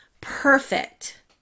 Perfect